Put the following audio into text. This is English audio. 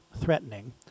threatening